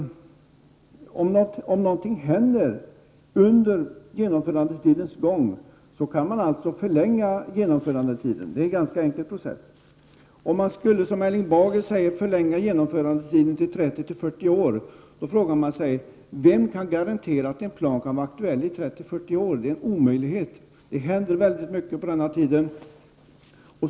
Om något händer under genomförandetiden kan den förlängas. Det är en ganska enkel process. Om genomförandetiden, som Erling Bager säger, skulle förlängas till 30—40 år, då frågar man sig vem som kan garantera att en plan är aktuell under så lång tid. Det är omöjligt, eftersom det kan hända så mycket under tiden.